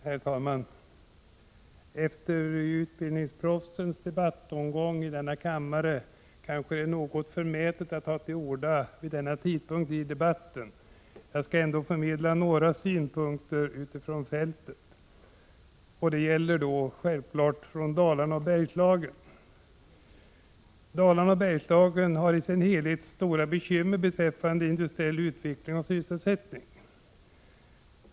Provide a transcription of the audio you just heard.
Herr talman! Efter ”utbildningsproffsens” debattomgång är det kanske förmätet av mig att ta till orda i denna del av debatten. Jag vill ändå förmedla några synpunkter utifrån fältet, och det gäller då naturligtvis Dalarna och Bergslagen. Dalarna och Bergslagen i sin helhet har stora bekymmer beträffande industriell utveckling och sysselsättning.